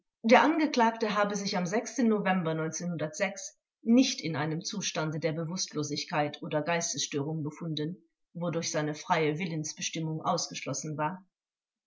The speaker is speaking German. der angeklagte habe sich am november nicht in einem zustande der bewußtlosigkeit oder geistesstörung befunden wodurch seine freie willensbestimmung ausgeschlossen war